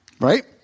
Right